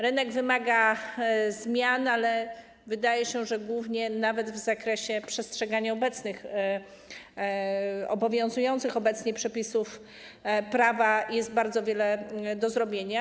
Rynek wymaga zmian, ale wydaje się, że nawet w zakresie przestrzegania obecnie obowiązujących przepisów prawa jest bardzo wiele do zrobienia.